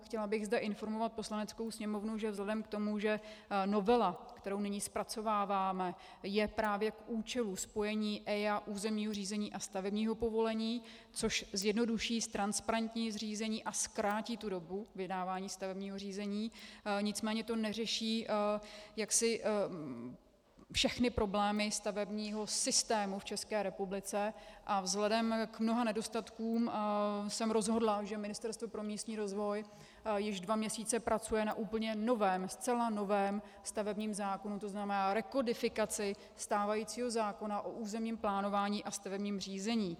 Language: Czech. Chtěla bych zde informovat Poslaneckou sněmovnu, že vzhledem k tomu, že novela, kterou nyní zpracováváme, je právě k účelu spojení EIA, územního řízení a stavebního povolení, což zjednoduší, ztransparentní řízení a zkrátí tu dobu vydávání stavebního řízení, nicméně to neřeší všechny problémy stavebního systému v České republice, a vzhledem k mnoha nedostatkům jsem rozhodla, že Ministerstvo pro místní rozvoj již dva měsíce pracuje na úplně novém, zcela novém stavebním zákonu, tzn. rekodifikaci stávajícího zákona o územním plánování a stavebním řízení.